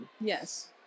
Yes